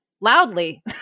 loudly